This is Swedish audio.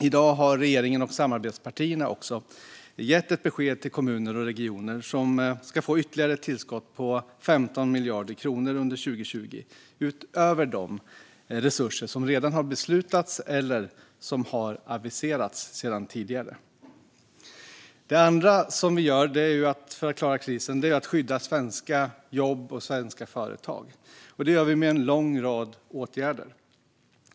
I dag har regeringen och samarbetspartierna dessutom gett ett besked till kommuner och regioner om att de ska få ett ytterligare tillskott på 15 miljarder kronor under 2020 utöver de resurser som redan har beslutats eller sedan tidigare aviserats. Det andra vi gör för att klara krisen är att skydda svenska jobb och företag. Det gör vi genom en lång rad åtgärder.